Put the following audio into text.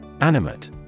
Animate